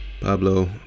Pablo